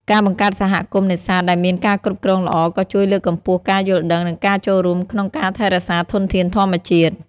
ការបង្កើតសហគមន៍នេសាទដែលមានការគ្រប់គ្រងល្អក៏ជួយលើកកម្ពស់ការយល់ដឹង និងការចូលរួមក្នុងការថែរក្សាធនធានធម្មជាតិ។